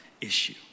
issue